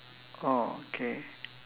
!wow! okay